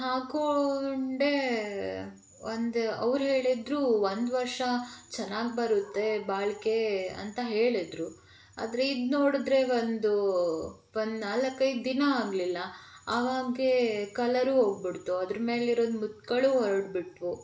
ಹಾಕ್ಕೋಂಡೆ ಒಂದು ಅವ್ರರು ಹೇಳಿದರು ಒಂದು ವರ್ಷ ಚೆನ್ನಾಗಿ ಬರುತ್ತೆ ಬಾಳಿಕೆ ಅಂತ ಹೇಳಿದ್ರು ಆದರೆ ಇದು ನೋಡಿದ್ರೆ ಒಂದು ಒಂದು ನಾಲಕ್ಕೈದು ದಿನ ಆಗಲಿಲ್ಲ ಆವಾಗೆ ಕಲರು ಹೋಗ್ಬಿಡ್ತು ಅದ್ರ ಮೇಲಿರೋದು ಮುತ್ತುಗಳು ಹೊರಟ್ಬಿಟ್ವು